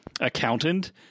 accountant